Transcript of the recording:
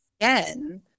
again